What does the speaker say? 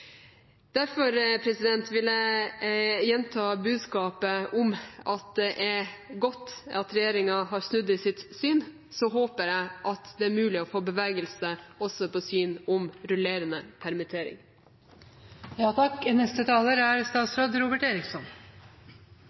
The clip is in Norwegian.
Derfor vil jeg gjenta budskapet om at det er godt at regjeringen har snudd i sitt syn, og så håper jeg at det er mulig å få bevegelse også i synet på rullerende permittering.